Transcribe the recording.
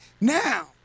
now